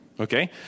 Okay